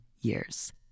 years